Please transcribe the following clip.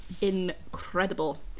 Incredible